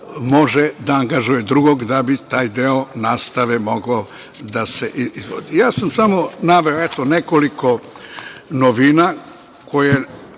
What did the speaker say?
može da angažuje drugog da bi taj deo nastave mogao da se izvodi. Naveo sam samo nekoliko novina koje